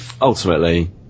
ultimately